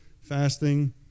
fasting